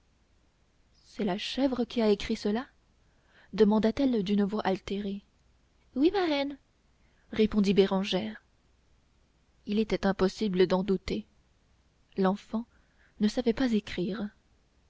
c'est la chèvre qui a écrit cela demanda-t-elle d'une voix altérée oui marraine répondit bérangère il était impossible d'en douter l'enfant ne savait pas écrire